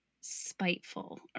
spiteful